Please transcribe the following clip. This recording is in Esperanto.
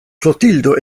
klotildo